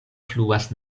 fluas